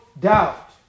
doubt